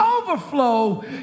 overflow